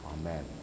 Amen